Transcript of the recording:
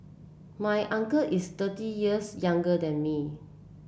my uncle is thirty years younger than me